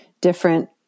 different